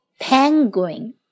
Penguin